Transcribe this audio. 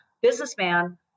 businessman